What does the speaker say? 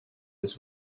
his